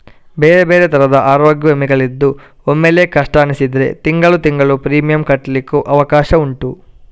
ಬೇರೆ ಬೇರೆ ತರದ ಅರೋಗ್ಯ ವಿಮೆಗಳಿದ್ದು ಒಮ್ಮೆಲೇ ಕಷ್ಟ ಅನಿಸಿದ್ರೆ ತಿಂಗಳು ತಿಂಗಳು ಪ್ರೀಮಿಯಂ ಕಟ್ಲಿಕ್ಕು ಅವಕಾಶ ಉಂಟು